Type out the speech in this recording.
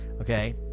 okay